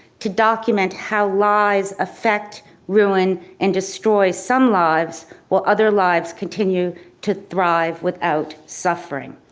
to document how lives affect, ruin and destroy some lives or other lives continue to thrive without suffering.